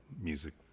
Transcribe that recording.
music